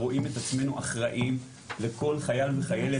רואים את עצמנו אחראים לכל חייל וחיילת,